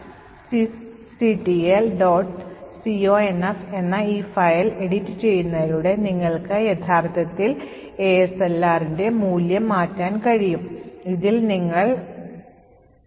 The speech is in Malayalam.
conf എന്ന ഈ ഫയൽ എഡിറ്റുചെയ്യുന്നതിലൂടെ നിങ്ങൾക്ക് യഥാർത്ഥത്തിൽ ASLR ന്റെ മൂല്യം മാറ്റാൻ കഴിയും ഇതിൽ നിങ്ങൾ kernel